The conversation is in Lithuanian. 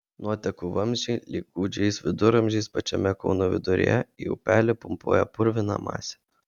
nuotekų vamzdžiai lyg gūdžiais viduramžiais pačiame kauno viduryje į upelį pumpuoja purviną masę